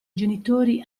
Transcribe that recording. genitori